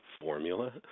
formula